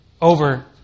over